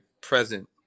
present